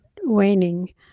waning